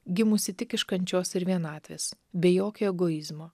gimusi tik iš kančios ir vienatvės be jokio egoizmo